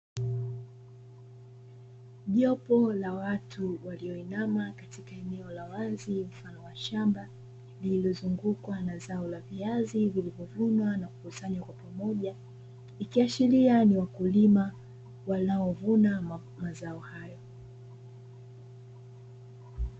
Jopo la watu walioinama katika eneo la wazi mfano wa shamba lililozungukwa na zao la viazi vilivyovunwa na kukusanywa kwa pamoja. Ikiashiria ni wakulima wanaovuna mazao hayo.